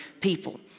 people